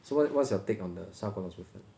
so what what's your take on the 砂锅老鼠粉